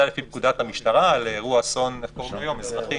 לפי פקודת המשטרה לאירוע אסון אזרחי